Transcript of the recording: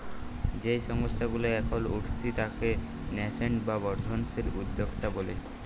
যেই সংস্থা গুলা এখল উঠতি তাকে ন্যাসেন্ট বা বর্ধনশীল উদ্যক্তা ব্যলে